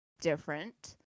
different